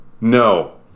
No